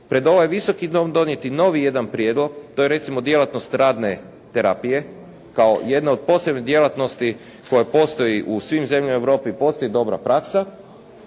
pred ovaj Visoki dom donijeti novi jedan prijedlog. To je recimo djelatnost radne terapije kao jedne od posebnih djelatnosti koja postoji u svim zemljama u Europi postoji dobra praksa.